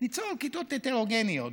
ניצור כיתות הטרוגניות,